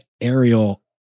Ariel